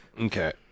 Okay